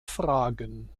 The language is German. fragen